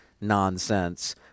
nonsense